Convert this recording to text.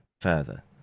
further